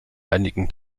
einigen